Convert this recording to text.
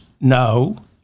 no